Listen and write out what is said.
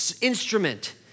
instrument